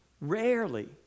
Rarely